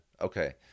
Okay